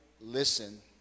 listen